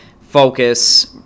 focus